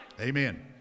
Amen